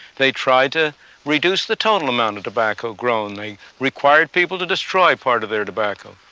they tried to reduce the total amount of tobacco grown. they required people to destroy part of their tobacco.